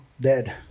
dead